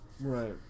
Right